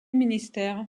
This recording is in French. ministère